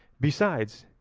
besides,